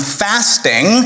fasting